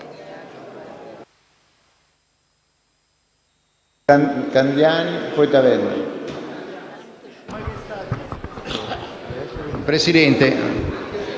Presidente,